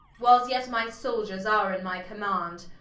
whiles yet my souldiers are in my command,